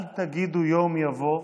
אל תגידו יום יבוא,